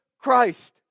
Christ